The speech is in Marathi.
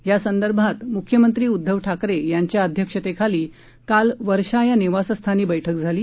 यासंदर्भात मुख्यमंत्री उद्घव ठाकरे यांच्या अध्यक्षतेखाली काल वर्षा निवासस्थानी बैठक झाली